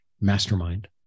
mastermind